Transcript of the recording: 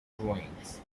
drawings